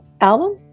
album